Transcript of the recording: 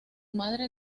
madre